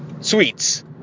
sweets